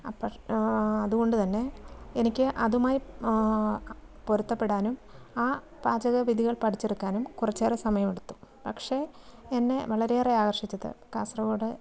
അപ്പോൾ അതുകൊണ്ടുതന്നെ എനിക്ക് അതുമായി പൊരുത്തപ്പെടാനും ആ പാചക വിദ്യകൾ പഠിച്ചെടുക്കാനും കുറച്ചേറെ സമയമെടുത്തു പക്ഷേ എന്നെ വളരെയേറെ ആകർഷിച്ചത് കാസർകോഡ്